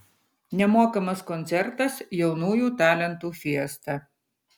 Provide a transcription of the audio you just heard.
nemokamas koncertas jaunųjų talentų fiesta